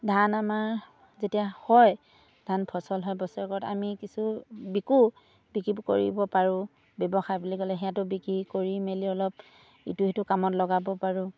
ধান আমাৰ যেতিয়া হয় ধান ফচল হয় বছৰেকত আমি কিছু বিকো বিক্ৰী কৰিব পাৰোঁ ব্যৱসায় বুলি ক'লে সেয়াতো বিক্ৰী কৰি মেলি অলপ ইটো সিটো কামত লগাব পাৰোঁ